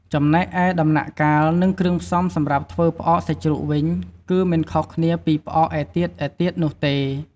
ចំំណែកឯដំណាក់កាល និងគ្រឿងផ្សំសម្រាប់ធ្វើផ្អកសាច់ជ្រូកវិញ គឺមិនខុសគ្នាពីផ្អកឯទៀតៗនោះទេ។